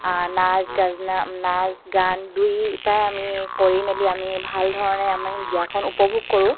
নাচ গাজনা নাচ গান দুইটাই আমি কৰি মেলি আমি ভাল ধৰণে আমি বিয়াখন উপভোগ কৰোঁ